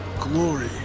glory